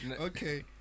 Okay